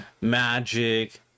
magic